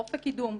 אופק קידום,